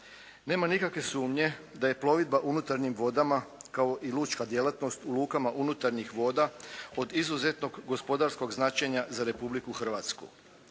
Nema nikakve sumnje da je plovidba unutarnjim vodama kao i lučka djelatnost u lukama unutarnjih voda od izuzetnog gospodarskog značenja za Republiku Hrvatsku.